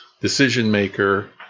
decision-maker